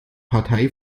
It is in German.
partei